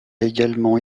également